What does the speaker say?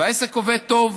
והעסק עובד טוב.